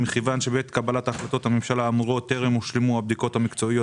מכיוון שבעת קבלת החלטות הממשלה האמורות טרם הושלמו הבדיקות המקצועיות